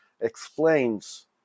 explains